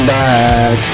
back